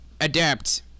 adapt